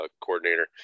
coordinator